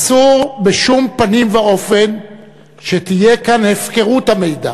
אסור בשום פנים ואופן שתהיה כאן הפקרות המידע.